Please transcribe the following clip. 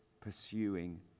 pursuing